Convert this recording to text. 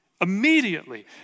Immediately